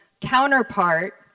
counterpart